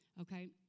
okay